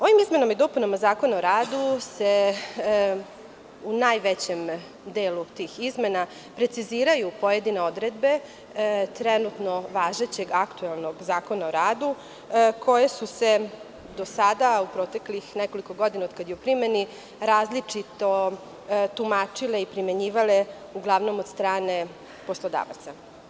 Ovim izmenama i dopunama Zakona o radu se u najvećem delu tih izmena preciziraju pojedine odredbe trenutno važećeg aktuelnog Zakona o radu, koje su se do sada u proteklih nekoliko godina, od kada je u primeni, različito tumačile i primenjivale, uglavnom od strane poslodavaca.